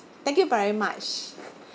thank you very much